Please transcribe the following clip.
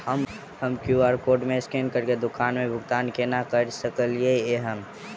हम QR code scan करके दुकान मे भुगतान केना करऽ सकलिये एहन?